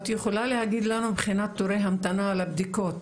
את יכולה להגיד לנו מבחינת תורי המתנה לבדיקות,